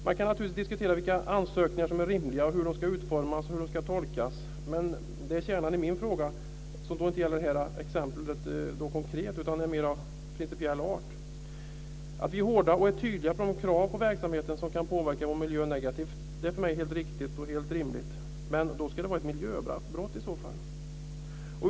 Man kan naturligtvis diskutera vilka ansökningar som är rimliga, hur de ska utformas och hur de ska tolkas. Kärnan i min fråga gäller inte det konkreta exemplet utan är av mer principiell art. Att vi är hårda och tydliga på de krav på verksamhet som kan påverka vår miljö negativt är för mig helt riktigt och rimligt. Men då ska det i så fall vara ett miljöbrott.